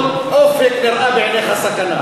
כל אופק נראה בעיניך סכנה.